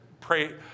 pray